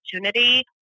opportunity